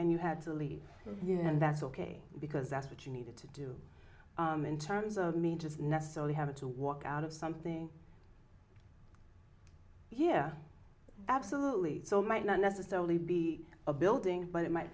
leave you know and that's ok because that's what you needed to do in terms of me just necessarily having to walk out of something yeah absolutely so might not necessarily be a building but it might